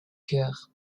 chœur